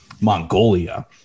Mongolia